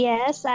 Yes